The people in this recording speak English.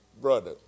brother